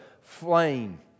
flame